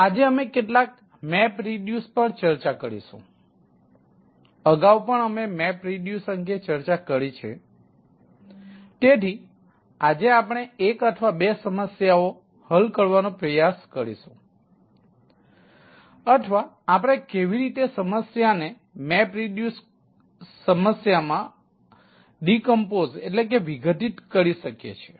આજે અમે કેટલાક મેપરિડ્યુસ કરી શકીએ છીએ